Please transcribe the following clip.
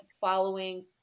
following